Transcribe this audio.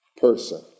person